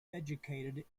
educated